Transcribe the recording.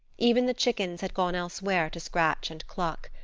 even the chickens had gone elsewhere to scratch and cluck.